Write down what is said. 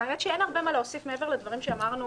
האמת שאין הרבה מה להוסיף מעבר לדברים שאמרנו